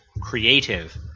creative